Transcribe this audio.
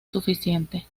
suficiente